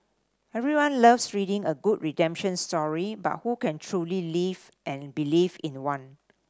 everyone loves reading a good redemption story but who can truly live and believe in one